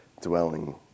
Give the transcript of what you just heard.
dwelling